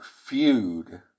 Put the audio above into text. feud